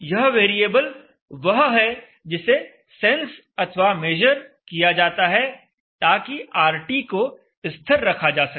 यह वेरिएबल वह है जिसे सेंस अथवा मेजर किया जाता है ताकि RT को स्थिर रखा जा सके